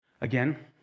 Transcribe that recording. again